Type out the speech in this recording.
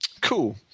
Cool